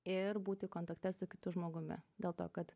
ir būti kontakte su kitu žmogumi dėl to kad